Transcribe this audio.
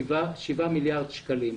שבעה מיליארד שקלים.